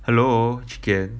hello chee ken